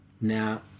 Now